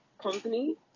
company